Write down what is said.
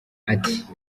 ati